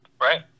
Right